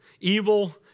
evil